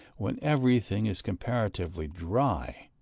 when everything is comparatively dry,